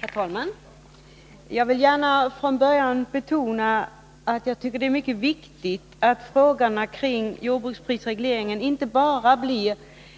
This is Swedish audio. Herr talman! Jag vill gärna från början betona att jag tycker det är mycket viktigt att frågorna kring jordbruksprisregleringen inte blir